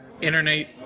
internet